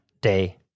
day